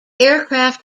aircraft